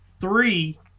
three